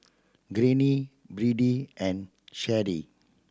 Greene Birdie and Sheri